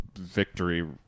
Victory